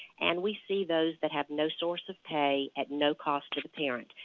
and we see those that have no source of pay at no cost to the parent.